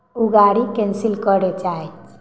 ओ गाड़ी कैंसिल करय चाहै छी